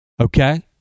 Okay